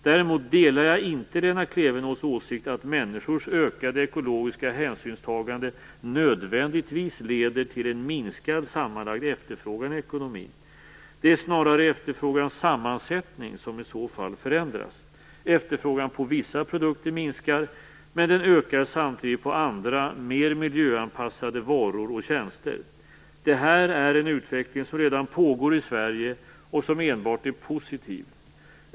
Däremot delar jag inte Lena Klevenås åsikt att människors ökade ekologiska hänsynstagande nödvändigtvis leder till en minskad sammanlagd efterfrågan i ekonomin. Det är snarare efterfrågans sammansättning som i så fall förändras. Efterfrågan på vissa produkter minskar, men den ökar samtidigt på andra, mer miljöanpassade varor och tjänster. Det här är en utveckling som redan pågår i Sverige och som enbart är positiv.